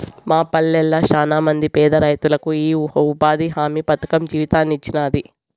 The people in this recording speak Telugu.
మా పల్లెళ్ళ శానమంది పేదరైతులకు ఈ ఉపాధి హామీ పథకం జీవితాన్నిచ్చినాది